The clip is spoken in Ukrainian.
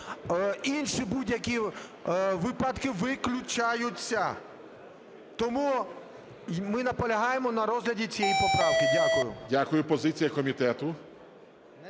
Інші будь-які випадки виключаються. Тому ми наполягаємо на розгляді цієї поправки. Дякую. ГОЛОВУЮЧИЙ. Дякую. Позиція комітету.